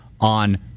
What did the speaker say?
on